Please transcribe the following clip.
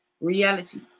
reality